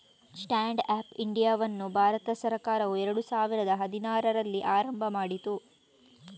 stand up ಇಂಡಿಯಾವನ್ನು ಭಾರತ ಸರ್ಕಾರವು ಎರಡು ಸಾವಿರದ ಹದಿನಾರರಲ್ಲಿ ಆರಂಭ ಮಾಡಿತು